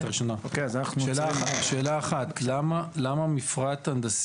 תישלח לבעל המקרקעין לפי מענו הידוע,